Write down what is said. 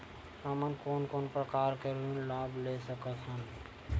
हमन कोन कोन प्रकार के ऋण लाभ ले सकत हन?